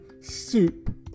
soup